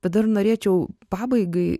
dar norėčiau pabaigai